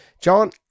John